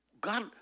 God